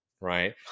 right